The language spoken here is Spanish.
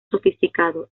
sofisticado